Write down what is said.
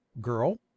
girl